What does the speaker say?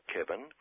Kevin